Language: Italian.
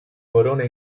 corona